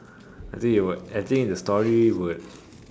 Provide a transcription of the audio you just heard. I think you would I think the story would